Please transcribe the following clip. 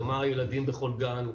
כמה ילדים בכל גן,